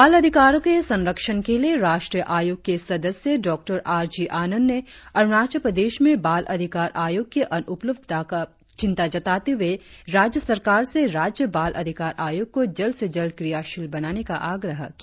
बाल अधिकारों के संरक्षण के लिए राष्ट्रीय आयोग के सदस्य डॉ आर जी आनंद ने अरुणाचल प्रदेश में बाल अधिकार आयोग की अनुफलवधता पर चिंता जताते हुए राज्य सरकार से राज्य बाल अधिकार आयोग को जल्द से जल्द क्रियाशील बनाने का आग्रह किया